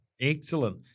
Excellent